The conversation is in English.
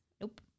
nope